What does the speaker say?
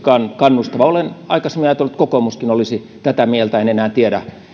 kannustavaa olen aikaisemmin ajatellut että kokoomuskin olisi tätä mieltä en en enää tiedä